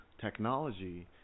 technology